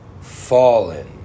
fallen